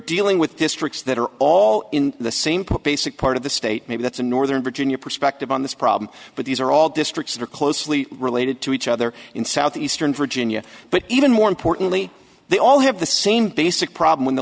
dealing with districts that are all in the same put basic part of the state maybe that's in northern virginia perspective on this problem but these are all districts that are closely related to each other in southeastern virginia but even more importantly they all have the same basic problem